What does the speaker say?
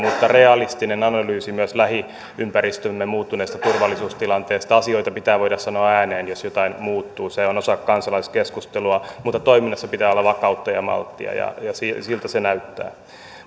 sekä realistinen analyysi myös lähiympäristömme muuttuneesta turvallisuustilanteesta asioita pitää voida sanoa ääneen jos jotain muuttuu se on osa kansalaiskeskustelua mutta toiminnassa pitää olla vakautta ja malttia ja siltä se näyttää